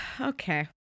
okay